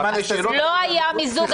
אז לא היה מיזוג.